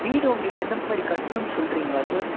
வீடு உங்களுக்கு எந்த மாதிரி கட்டணுமெனு சொல்கிறீங்களா சார்